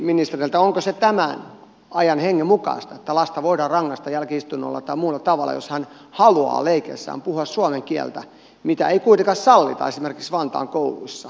onko se tämän ajan hengen mukaista että lasta voidaan rangaista jälki istunnolla tai muulla tavalla jos hän haluaa leikeissään puhua suomen kieltä mitä ei kuitenkaan sallita esimerkiksi vantaan ruotsinkielisissä kouluissa